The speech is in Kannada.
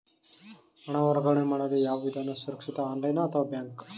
ಹಣ ವರ್ಗಾವಣೆ ಮಾಡಲು ಯಾವ ವಿಧಾನ ಸುರಕ್ಷಿತ ಆನ್ಲೈನ್ ಅಥವಾ ಬ್ಯಾಂಕ್?